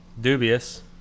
dubious